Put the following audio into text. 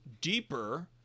deeper—